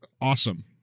awesome